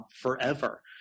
forever